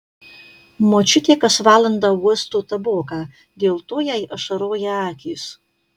močiutė kas valandą uosto taboką dėl to jai ašaroja akys